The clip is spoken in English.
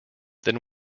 then